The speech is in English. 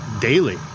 daily